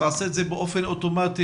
ותעשה את זה באופן אוטומטי.